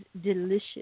delicious